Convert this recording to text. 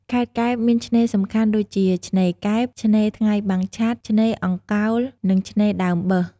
ខេត្តកែបមានឆ្នេរសំខាន់ដូចជា ឆ្នេរកែប ឆ្នេរថ្ងៃបាំងឆ័ត្រ ឆ្នេរអង្កោល និងឆ្នេរដើមបើស។